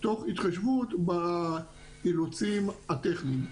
תוך התחשבות באילוצים הטכניים.